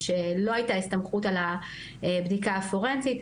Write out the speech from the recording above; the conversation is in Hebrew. שלא הייתה הסתמכות על הבדיקה הפורנזית,